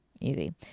Easy